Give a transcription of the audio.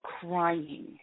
crying